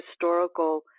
historical